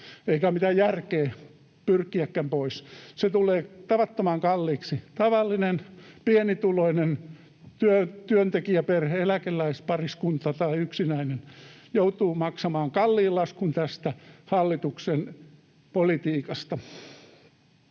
Eikä ole mitään järkeä pyrkiäkään pois. Se tulee tavattoman kalliiksi. Tavallinen pienituloinen työntekijäperhe, eläkeläispariskunta tai yksinäinen joutuu maksamaan kalliin laskun tästä hallituksen politiikasta.